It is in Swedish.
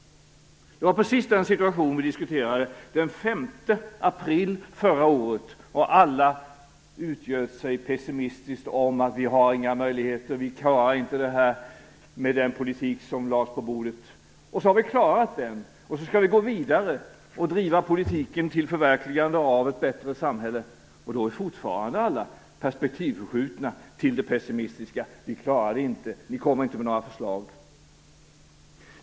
Det var precis den situation vi diskuterade den 5 april förra året. Då utgjöt sig alla pessimistiskt om att vi inte hade några möjligheter och att vi inte skulle klara detta med den politik som lades på bordet. Men nu har vi klarat det och skall gå vidare och driva politiken till förverkligande av ett bättre samhälle. Då är alla fortfarande perspektivförskjutna till det pessimistiska att vi inte kan klara det och att det inte kommer några förslag.